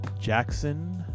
Jackson